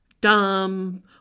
dumb